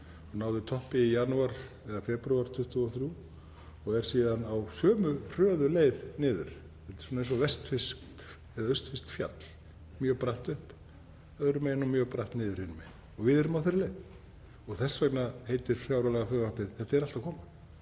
náði toppi í janúar eða febrúar 2023 og er síðan á sömu hröðu leið niður. Þetta er svona eins og vestfirskt eða austfirskt fjall, mjög bratt upp öðrum megin og mjög bratt niður hinum megin. Við erum á þeirri leið og þess vegna heitir fjárlagafrumvarpið „Þetta er allt að koma“.